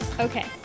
Okay